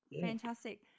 Fantastic